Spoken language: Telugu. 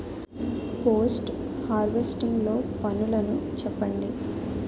పోస్ట్ హార్వెస్టింగ్ లో పనులను చెప్పండి?